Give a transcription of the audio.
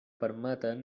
permeten